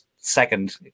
second